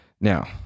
Now